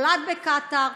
נולד בקטאר,